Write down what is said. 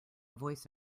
voice